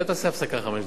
אולי תעשה הפסקה לחמש דקות?